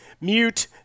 Mute